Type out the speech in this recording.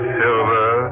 silver